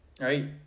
Right